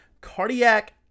cardiac